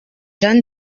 jean